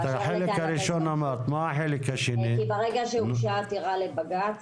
כי ברגע שהוגשה עתירה לבג"צ